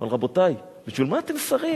אבל, רבותי, בשביל מה אתם שרים?